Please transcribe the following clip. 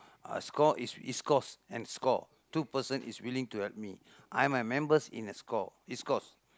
uh score is East-Coast and score two person is willing to help me I am a members in a score East-Coast